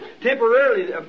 temporarily